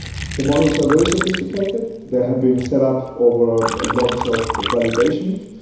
the models are very sophisticated. they have been set up over ah lots of validations.